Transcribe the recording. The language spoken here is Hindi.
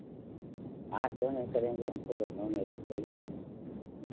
हाँ क्यों नहीं करेंगे हम तो लखनऊ में रहते ही हैं